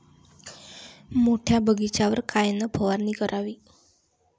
मोठ्या बगीचावर कायन फवारनी करावी?